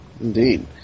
indeed